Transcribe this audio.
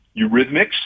Eurythmics